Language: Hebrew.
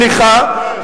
סליחה,